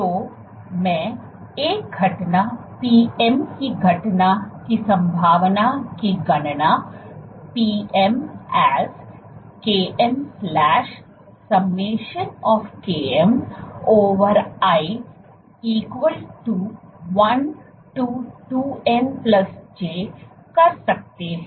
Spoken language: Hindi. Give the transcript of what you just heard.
तो मैं एक घटना Pm की घटना की संभावना की गणना Pm as kmsummation of km over i equal to 1 to 2nj कर सकते है